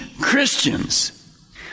Christians